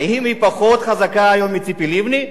האם היא פחות חזקה היום מציפי לבני?